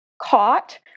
caught